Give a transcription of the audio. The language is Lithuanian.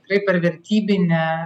kaip ir vertybinė